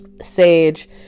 Sage